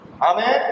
Amen